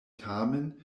tamen